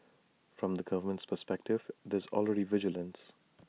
from the government's perspective there's already vigilance